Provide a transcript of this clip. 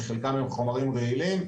שחלקם הם חומרים רעילים.